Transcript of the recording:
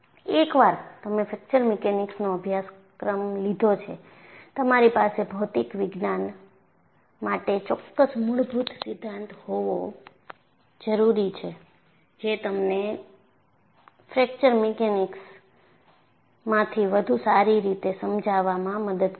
એકવાર તમે ફ્રેક્ચર મિકેનિક્સનો અભ્યાસક્રમ લીધો છે તમારી પાસે ભૌતિક વિજ્ઞાન માટે ચોક્કસ મૂળભૂત સિધ્ધાંત હોવા જરૂરી છે જે તમને ફ્રેક્ચર મિકેનિક્સમાંથી વધુ સારી રીતે સમજવામાં મદદ કરશે